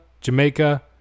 Jamaica